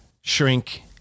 shrink